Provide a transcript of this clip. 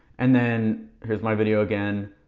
and then here's my video again,